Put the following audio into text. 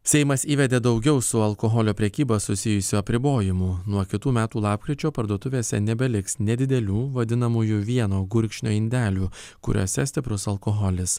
seimas įvedė daugiau su alkoholio prekyba susijusių apribojimų nuo kitų metų lapkričio parduotuvėse nebeliks nedidelių vadinamųjų vieno gurkšnio indelių kuriuose stiprus alkoholis